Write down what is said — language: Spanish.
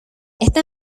está